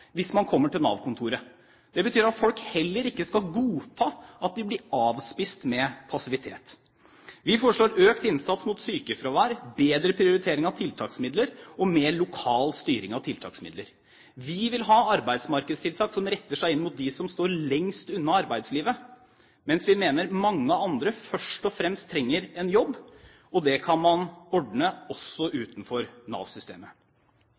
hvis de kommer til Nav-kontoret. Det betyr at folk heller ikke skal godta at de blir avspist med passivitet. Vi foreslår økt innsats mot sykefravær, bedre prioritering av tiltaksmidler og mer lokal styring av dem. Vi vil ha arbeidsmarkedstiltak som retter seg inn mot dem som står lengst unna arbeidslivet, mens vi mener mange andre først og fremst trenger en jobb. Dette kan man ordne også